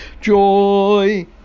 joy